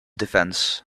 defense